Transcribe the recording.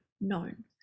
known